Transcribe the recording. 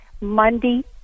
Monday